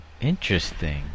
Interesting